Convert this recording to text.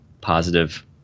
positive